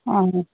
অ'